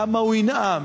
כמה הוא ינאם,